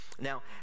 Now